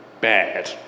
bad